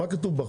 מה כתוב בחוק?